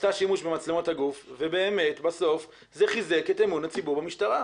עשתה שימוש במצלמות הגוף ובאמת בסוף זה חיזק את אמון הציבור במשטרה.